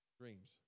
dreams